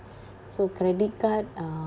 so credit card um~